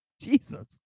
Jesus